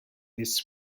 this